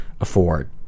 afford